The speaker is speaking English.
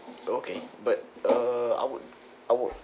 okay but uh I would I would